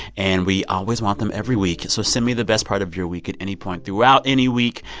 and we always want them every week. so send me the best part of your week at any point throughout any week,